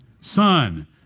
Son